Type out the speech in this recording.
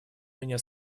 меня